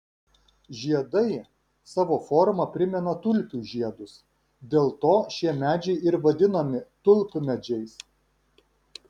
žiedai savo forma primena tulpių žiedus dėl to šie medžiai ir vadinami tulpmedžiais